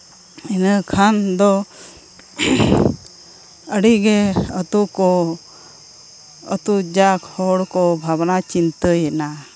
ᱤᱱᱟᱹ ᱠᱷᱟᱱ ᱫᱚ ᱟᱹᱰᱤᱜᱮ ᱟᱛᱳ ᱠᱚ ᱟᱛᱳ ᱡᱟᱠ ᱦᱚᱲ ᱠᱚ ᱵᱷᱟᱵᱽᱱᱟ ᱪᱤᱱᱛᱟᱹᱭᱮᱱᱟ